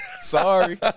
sorry